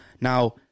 Now